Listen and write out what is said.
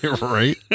right